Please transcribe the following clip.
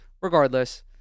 regardless